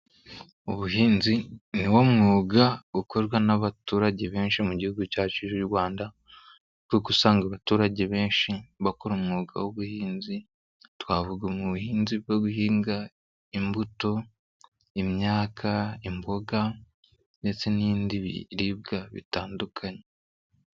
Ubuhinzi ni wo mwuga ukorwa n'abaturage benshi mu gihugu cyacu cy'u Rwanda, kuko usanga abaturage benshi bakora umwuga w'ubuhinzi twavuga nk'ubuhinzi bwo guhinga imbuto, imyaka, imboga ndetse n'ibindi biribwa bitandukanye.